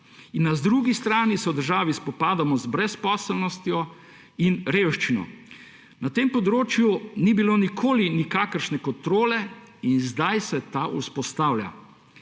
In na drugi strani se v državi spopadamo z brezposelnostjo in revščino. Na tem področju ni bilo nikoli nikakršne kontrole in zdaj se ta vzpostavlja,